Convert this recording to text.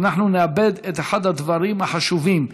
ואנחנו נאבד את אחד הדברים החשובים.